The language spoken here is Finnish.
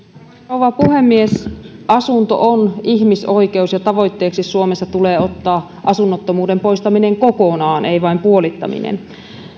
rouva puhemies asunto on ihmisoikeus ja tavoitteeksi suomessa tulee ottaa asunnottomuuden poistaminen kokonaan ei vain puolittaminen